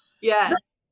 Yes